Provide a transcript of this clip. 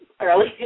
early